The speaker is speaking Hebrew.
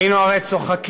היינו הרי צוחקים.